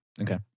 okay